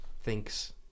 thinks